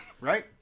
right